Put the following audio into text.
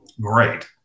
great